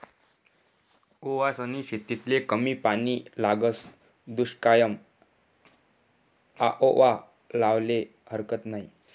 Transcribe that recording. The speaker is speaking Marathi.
ओवासनी शेतीले कमी पानी लागस, दुश्कायमा आओवा लावाले हारकत नयी